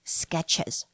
sketches